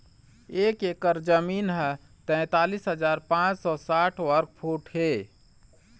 एक एकर जमीन ह तैंतालिस हजार पांच सौ साठ वर्ग फुट हे